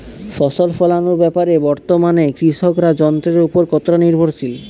ফসল ফলানোর ব্যাপারে বর্তমানে কৃষকরা যন্ত্রের উপর কতটা নির্ভরশীল?